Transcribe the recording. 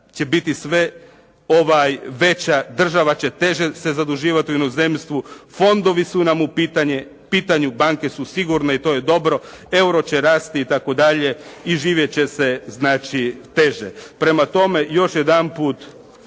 će biti sve veća. Država će teže se zaduživati u inozemstvu. Fondovi su u pitanju. Banke su sigurne i to je dobro. Euro će rasti itd. i živjet će se znači teže. Prema tome još jedanput